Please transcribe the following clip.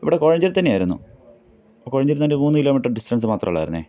ഇവിടെ കോഴഞ്ചേരിയിൽത്തന്നെയായിരുന്നു കോഴഞ്ചേരിയിൽ നിന്നൊരു മൂന്ന് കിലോമീറ്റര് ഡിസ്റ്റന്സ് മാത്രമുള്ളായിരുന്നു